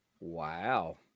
wow